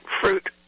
fruit